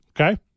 Okay